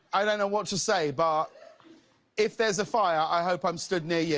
i don't know what to say, but if there's a fire, i hope i'm stood near you.